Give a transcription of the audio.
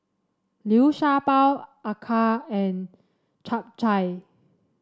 Liu Sha Bao acar and Chap Chai